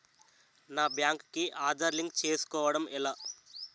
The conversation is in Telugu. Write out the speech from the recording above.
నా బ్యాంక్ కి ఆధార్ లింక్ చేసుకోవడం ఎలా?